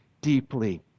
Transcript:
deeply